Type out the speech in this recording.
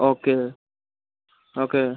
okay okay